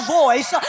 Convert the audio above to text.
voice